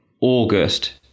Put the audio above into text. August